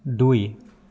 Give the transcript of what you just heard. দুই